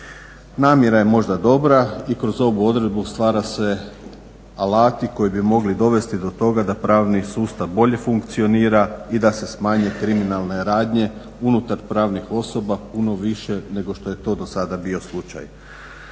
Namjera je možda dobra i kroz ovu odredbu stvaraju se alati koji bi mogli dovesti do toga da pravni sustav bolje funkcionira i da se smanje kriminalne radnje unutar pravnih osoba puno više nego što je to dosada bio slučaj.